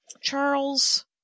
Charles